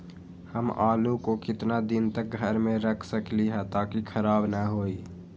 हम आलु को कितना दिन तक घर मे रख सकली ह ताकि खराब न होई?